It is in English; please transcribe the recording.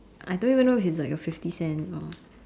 I don't even know if it's like a fifty cent or